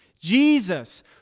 Jesus